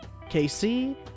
KC